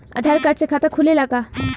आधार card से खाता खुले ला का?